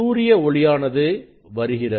சூரிய ஒளியானது வருகிறது